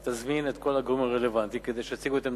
היא תזמין את כל הגורמים הרלוונטיים כדי שיציגו את עמדתם.